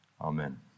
amen